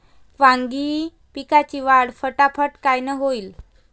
वांगी पिकाची वाढ फटाफट कायनं होईल?